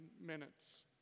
minutes